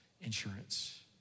insurance